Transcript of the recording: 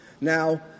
Now